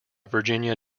virginia